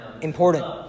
important